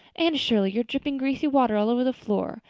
anne shirley, you're dripping greasy water all over the floor.